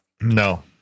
No